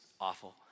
awful